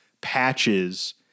patches